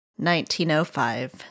1905